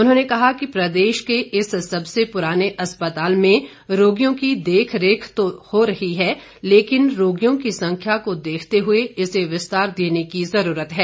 उन्होंने कहा कि प्रदेश के इस सबसे पुराने अस्पताल में रोगियों की देखरेख तो हो रही है लेकिन रोगियों की संख्या को देखते हुए इसे विस्तार देने की जरूरत है